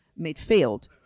midfield